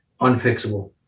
unfixable